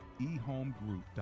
eHomeGroup.com